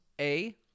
A-